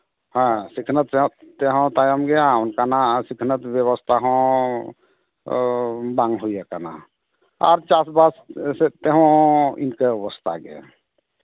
ᱦᱮᱸ ᱥᱤᱠᱷᱱᱟᱹᱛ ᱛᱮᱦᱚᱸ ᱛᱟᱭᱚᱢ ᱜᱮᱭᱟ ᱚᱱᱠᱟᱱᱟᱜ ᱥᱤᱠᱷᱱᱟᱹᱛ ᱵᱮᱵᱚᱥᱛᱷᱟ ᱦᱚᱸ ᱵᱟᱝ ᱦᱩᱭ ᱟᱠᱟᱱᱟ ᱟᱨ ᱪᱟᱥᱵᱟᱥ ᱥᱮᱫ ᱛᱮᱦᱚᱸ ᱤᱱᱠᱟᱹ ᱚᱵᱚᱥᱛᱷᱟ ᱜᱮ